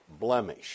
blemish